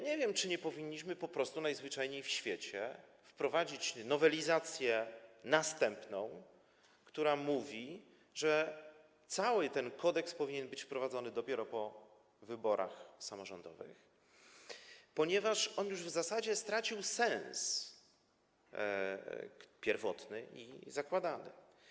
Nie wiem, czy nie powinniśmy po prostu najzwyczajniej w świecie wprowadzić następnej nowelizacji, która będzie mówiła, że cały ten kodeks powinien być wprowadzony dopiero po wyborach samorządowych, ponieważ on już w zasadzie stracił sens pierwotny i zakładany.